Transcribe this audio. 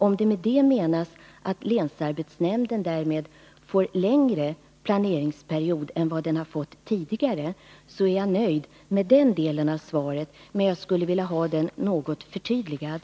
Om det med detta menas att länsarbetsnämnden därmed får en längre planeringsperiod än tidigare, är jag nöjd med den delen av svaret, men jag skulle vilja ha den något förtydligad.